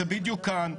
זה בדיוק כאן,